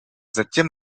затем